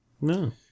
No